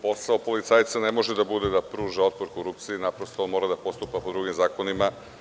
Posao policajca ne može da bude da pruža otpor korupciji, naprosto on mora da postupa po drugim zakonima.